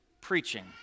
preaching